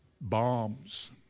bombs